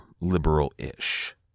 Liberal-ish